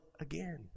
again